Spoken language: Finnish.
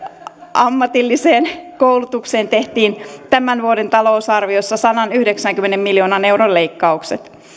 ammatilliseen koulutukseen tehtiin tämän vuoden talousarviossa sadanyhdeksänkymmenen miljoonan euron leikkaukset